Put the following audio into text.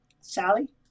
Sally